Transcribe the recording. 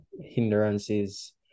hindrances